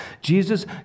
Jesus